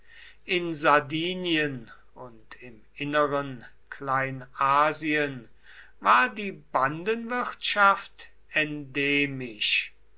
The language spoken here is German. in sardinien und im inneren kleinasien war die bandenwirtschaft